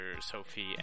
sophie